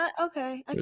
Okay